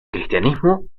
cristianismo